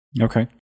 Okay